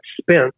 spent